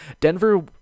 Denver